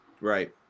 Right